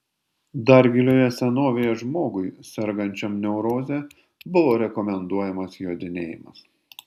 dar gilioje senovėje žmogui sergančiam neuroze buvo rekomenduojamas jodinėjimas